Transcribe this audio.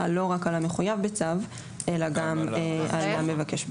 לא רק על המחויב בצו אלא גם על המבקש.